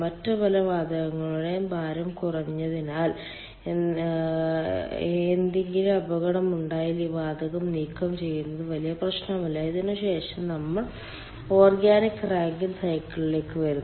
മറ്റ് പല വാതകങ്ങളേക്കാളും ഭാരം കുറഞ്ഞതിനാൽ എന്തെങ്കിലും അപകടമുണ്ടായാൽ ഈ വാതകം നീക്കം ചെയ്യുന്നത് വലിയ പ്രശ്നമല്ല ഇതിനുശേഷം നമ്മൾ ഓർഗാനിക് റാങ്കിൻ സൈക്കിളിലേക്ക് വരുന്നു